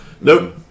Nope